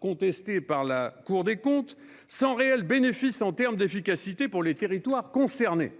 contestés par la Cour des comptes, sans réel bénéfice en termes d'efficacité pour les territoires concernés ?